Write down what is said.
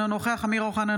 אינו נוכח אמיר אוחנה,